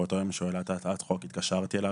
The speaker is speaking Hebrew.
באותו יום שהוא העלה את הצעת החוק התקשרתי אליו